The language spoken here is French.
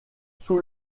sous